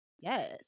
Yes